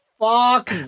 fuck